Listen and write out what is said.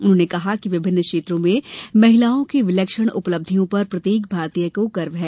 उन्होंने कहा कि विभिन्न क्षेत्रों में महिलाओं की विलक्षण उपलब्धियों पर प्रत्येक भारतीय को गर्व है